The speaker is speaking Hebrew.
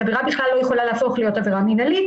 העבירה בכלל לא יכולה לחול כתקנה מינהלית